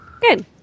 Good